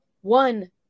one